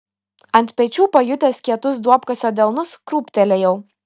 ant pečių pajutęs kietus duobkasio delnus krūptelėjau